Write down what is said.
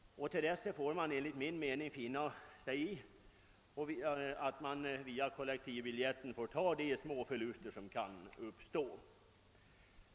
Till dess får man enligt min mening finna sig i att via kollektivbiljetten ta de småförluster som kan uppstå.